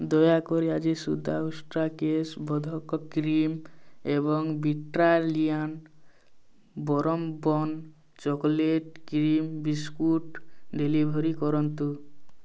ଦୟାକରି ଆଜି ସୁଦ୍ଧା ଉଷ୍ଟ୍ରା କେଶ ବର୍ଦ୍ଧକ କ୍ରିମ୍ ଏବଂ Britannia bourbon chocolate cream biscuit deliver କରନ୍ତୁ